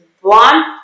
one